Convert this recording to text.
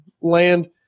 land